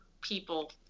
people